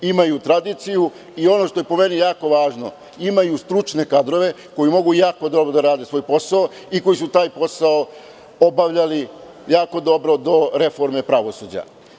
Imaju tradiciju i ono što je po meni jako važno, imaju stručne kadrove koji mogu jako dobro da rade svoj posao i koji su taj posao obavljali jako dobro do reforme pravosuđa.